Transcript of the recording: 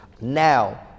Now